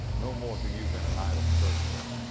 no more to you than an idle curse word.